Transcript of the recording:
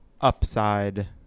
Upside